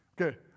Okay